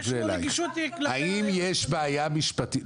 יש לו רגישות כלפי היעוץ המשפטי.